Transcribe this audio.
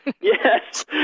Yes